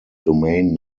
domain